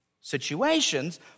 situations